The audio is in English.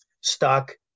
stock